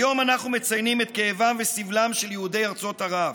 היום אנחנו מציינים את כאבם וסבלם של יהודי ארצות ערב.